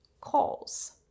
calls